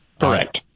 Correct